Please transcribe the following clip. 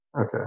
Okay